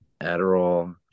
Adderall